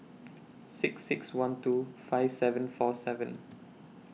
six six one two five seven four seven